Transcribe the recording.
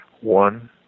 One